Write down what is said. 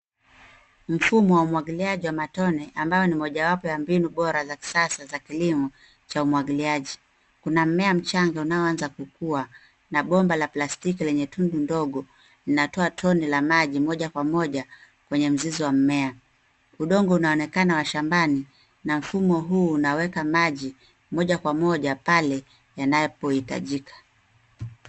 Mfumo wa umwagiliaji wa matone ambao ni mojawapo wa mbinu bora za kisasa za kilimo cha umwagiliaji. Kuna mmea mchanga unaoanza kukua, na bomba la plastiki lenye tundu ndogo linatoa tone la maji moja kwa moja kwenye mzizi wa mmea. Udongo unaonekana wa shambani na mfumo huu unaweka maji moja kwa moja pale yanapohitajika.